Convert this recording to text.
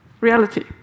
reality